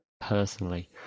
personally